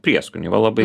prieskoniai va labai